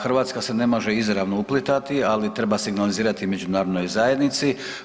Hrvatska se ne može izravno uplitati, ali treba signalizirati međunarodnoj zajednici.